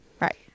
Right